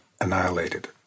annihilated